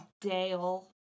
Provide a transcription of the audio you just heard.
Dale